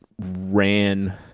ran